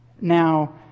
Now